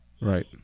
Right